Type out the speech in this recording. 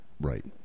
Right